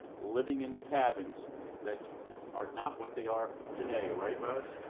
living in the cabins that are not what they are today, right russ?